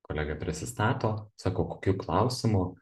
kolega prisistato sako kokiu klausimu